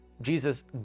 Jesus